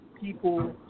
people